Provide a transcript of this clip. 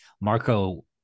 Marco